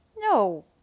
No